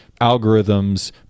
algorithms